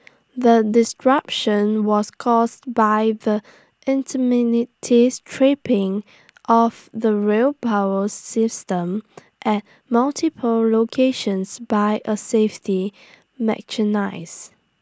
the disruption was caused by the tripping of the rail power system at multiple locations by A safety mechanise